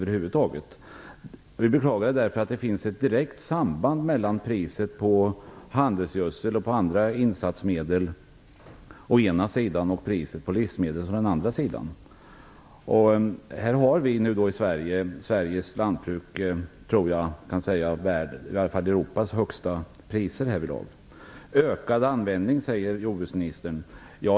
Jag beklagar det därför att det finns ett direkt samband mellan priset på handelsgödsel och andra insatsmedel å ena sidan och priset på livsmedel å den andra. Jag tror att vi har Europas högsta priser på detta i det svenska lantbruket. Jordbruksministern säger att det har blivit en ökad användning.